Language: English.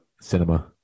cinema